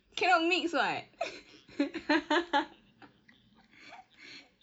cannot mix [what]